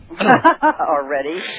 Already